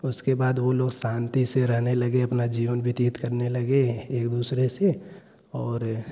उसके बाद वह लोग शांति से रहने लगे अपना जीवन व्यतित करने लगे एक दूसरे से और